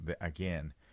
again